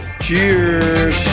Cheers